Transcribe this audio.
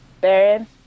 Baron